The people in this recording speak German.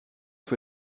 für